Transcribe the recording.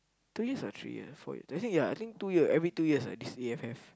two years or three years four years I think yeah two year every two years ah this A_F_F